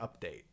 update